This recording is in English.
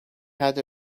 had